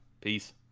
peace